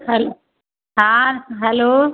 hello हाँ hello